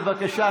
בבקשה,